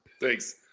Thanks